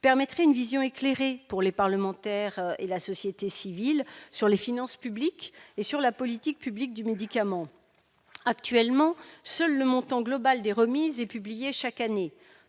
permettrait une vision éclairée, pour les parlementaires et la société civile, des finances publiques et de la politique publique du médicament. Actuellement, seul le montant global des remises est publié chaque année.